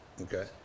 okay